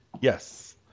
Yes